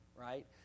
right